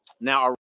now